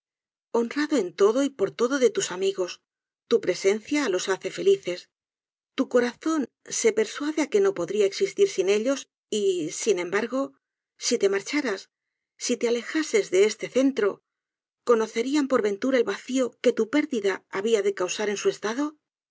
honrado en todo y por todo de tus amigos tu presencia los hace felices tu corazón se persuade á que no podría existir sin ellos y sia embargo si te marcharas si te alejases de este centro conocerían por ventura el vacio que tu pérdida habia de causaren su estado